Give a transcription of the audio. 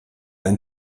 ein